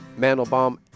Mandelbaum